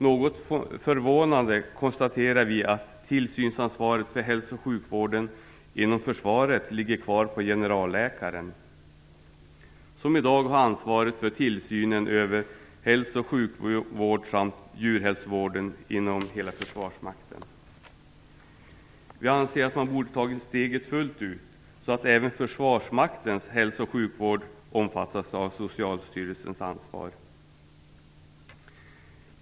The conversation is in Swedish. Något förvånade konstaterar vi att tillsynsansvaret för hälso och sjukvården inom försvaret ligger kvar på generalläkaren, som i dag har ansvaret för tillsynen över hälso och sjukvård samt djurhälsovården inom hela Försvarsmakten. Vi anser att man borde ha tagit steget fullt ut, så att även Försvarsmaktens hälso och sjukvård omfattades av Socialstyrelsens ansvar.